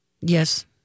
Yes